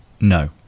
No